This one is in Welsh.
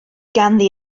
ganddi